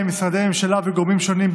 ראשונת הדוברים,